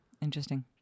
Interesting